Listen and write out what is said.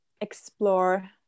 explore